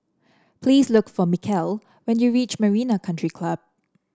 please look for Michel when you reach Marina Country Club